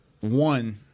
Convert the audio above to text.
one –